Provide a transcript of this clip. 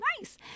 nice